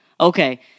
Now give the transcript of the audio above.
okay